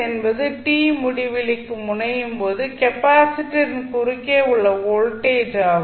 என்பது t முடிவிலிக்கு முனையும் போது கெப்பாசிட்டரின் குறுக்கே உள்ள வோல்டேஜ் ஆகும்